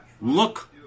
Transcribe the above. look